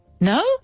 No